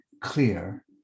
clear